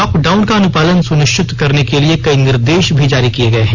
lockdown का अनुपालन सुनिश्चित करने के लिए कई निर्देश भी जारी किए गए हैं